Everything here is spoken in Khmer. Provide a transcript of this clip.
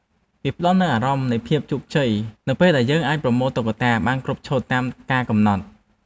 វាផ្ដល់នូវអារម្មណ៍នៃភាពជោគជ័យ នៅពេលដែលយើងអាចប្រមូលតុក្កតាបានគ្រប់ឈុតតាមការកំណត់។